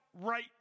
right